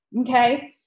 Okay